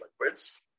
liquids